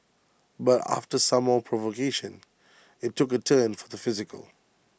but after some more provocation IT took A turn for the physical